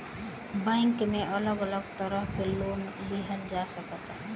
bank में अलग अलग तरह के लोन लिहल जा सकता